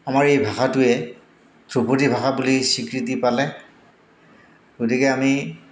আমাৰ এই ভাষাটোৱে ধ্ৰপদী ভাষা বুলি স্বীকৃতি পালে গতিকে আমি